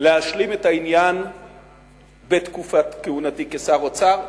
להשלים את העניין בתקופת כהונתי כשר האוצר,